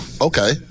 Okay